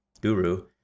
guru